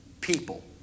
People